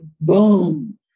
boom